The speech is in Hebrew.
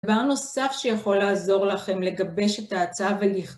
דבר נוסף שיכול לעזור לכם לגבש את ההצעה